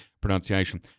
pronunciation